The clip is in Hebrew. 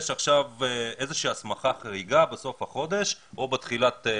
יש עכשיו איזושהי הסמכה חריגה בסוף החודש או בתחילת אוגוסט,